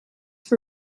for